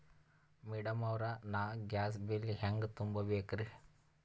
Madam ಅವ್ರ, ನಾ gas bill ಹೆಂಗ ತುಂಬಾ ಬೇಕ್ರಿ?